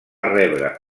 rebre